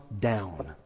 down